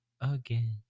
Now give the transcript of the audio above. again